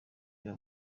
iba